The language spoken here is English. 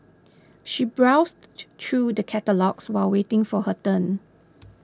she browsed through the catalogues while waiting for her turn